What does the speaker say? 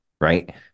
right